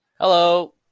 Hello